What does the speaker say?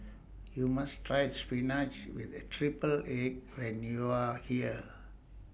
YOU must Try Spinach with A Triple Egg when YOU Are here